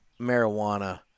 marijuana